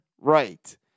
right